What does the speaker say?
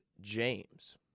James